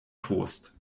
toast